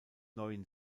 neuen